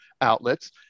outlets